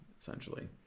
essentially